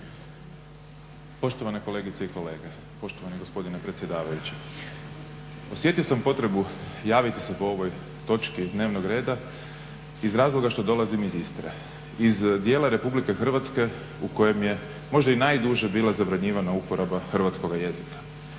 Poštovane kolegice i kolege, poštovani gospodine predsjedavajući. Osjetio sam potrebu javiti se po ovoj točki dnevnog reda iz razloga što dolazim iz Istre, iz dijela RH u kojem je možda i najduže bila zabranjivana uporaba hrvatskoga jezika.